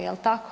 Jel' tako?